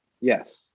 yes